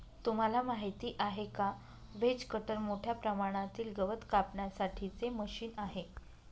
तुम्हाला माहिती आहे का? व्हेज कटर मोठ्या प्रमाणातील गवत कापण्यासाठी चे मशीन आहे